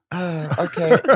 Okay